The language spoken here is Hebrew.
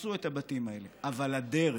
הרסו את הבתים האלה, אבל הדרך,